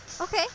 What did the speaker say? okay